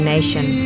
Nation